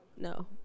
No